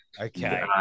okay